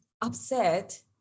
upset